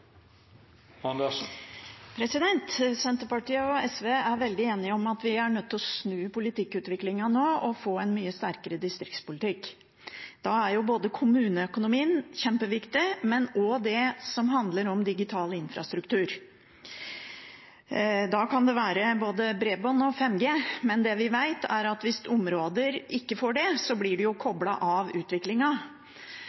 Senterpartiet og SV er veldig enige om at vi er nødt til å snu politikkutviklingen nå og få en mye sterkere distriktspolitikk. Da er kommuneøkonomien kjempeviktig, men også det som handler om digital infrastruktur. Da kan det være både bredbånd og 5G, men det vi veit, er at hvis områder ikke får det, blir de koblet av utviklingen. Derfor har det